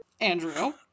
Andrew